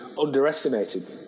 underestimated